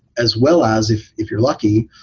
as well as if if you're lucky,